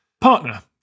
partner